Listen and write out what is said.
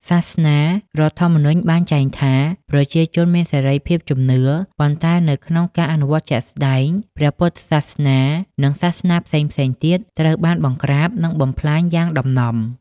សាសនារដ្ឋធម្មនុញ្ញបានចែងថា ប្រជាជនមានសេរីភាពជំនឿ ប៉ុន្តែនៅក្នុងការអនុវត្តជាក់ស្ដែង ព្រះពុទ្ធសាសនា និងសាសនាផ្សេងៗទៀតត្រូវបាន បង្ក្រាប និងបំផ្លាញ យ៉ាងដំណំ។